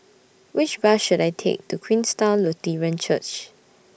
Which Bus should I Take to Queenstown Lutheran Church